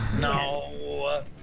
No